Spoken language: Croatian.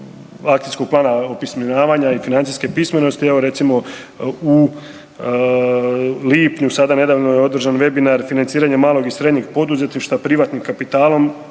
akcijskog plana opismenjavanja i financijske pismenosti, evo recimo u lipnju sada nedavno je održan Webinar – financiranje malog i srednjeg poduzetništva privatnim kapitalom